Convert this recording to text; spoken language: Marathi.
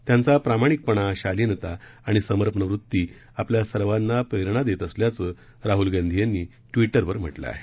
त्यांचा प्रामाणिकपणा शालींता आणि समर्पण वृत्ती आपल्या सर्वांना प्रेरणा देत असल्याचं राहूल गांधी यांनी ट्विटरवर म्हटलं आहे